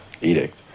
edict